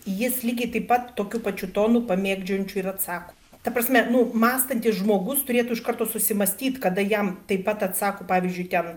jis lygiai taip pat tokiu pačiu tonu pamėgdžiojančiu ir atsako ta prasme nu mąstantis žmogus turėtų iš karto susimąstyt kada jam taip pat atsako pavyzdžiui ten